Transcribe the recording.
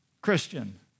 Christian